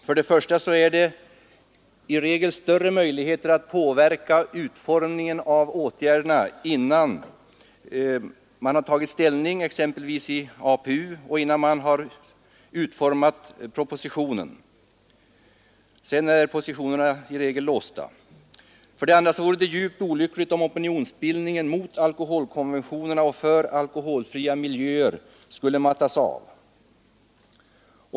För det första är det i regel större möjligheter att påverka utformningen av åtgärderna innan man tagit ställning, exempelvis APU, och innan propositionen har utarbetats. Sedan är positionerna i regel låsta. För det andra vore det djupt olyckligt om opinionsbildningen mot alkoholkonventionerna och för alkoholfria miljöer skulle mattas av.